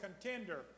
contender